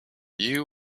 you